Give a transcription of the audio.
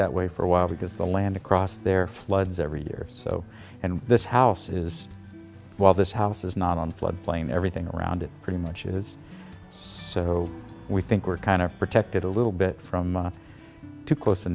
that way for a while because the land across there floods every year or so and this house is well this house is not on flood plain everything around it pretty much is so we think we're kind of protected a little bit from too close